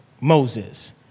Moses